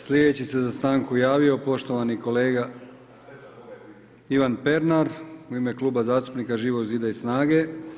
Slijedeći se za stanku javio poštovani kolega Ivan Pernar u ime Kluba zastupnika Živog zida i SNAGA-e.